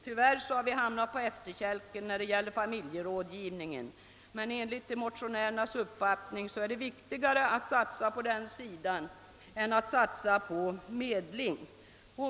Tyvärr har vi hamnat på efterkälken när det gäller familjerådgivningen, men enligt motionärernas uppfattning är det viktigare att satsa på den sidan än att satsa på medling.